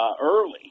early